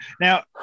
Now